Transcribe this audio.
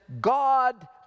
God